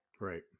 Right